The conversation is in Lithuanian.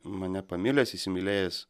mane pamilęs įsimylėjęs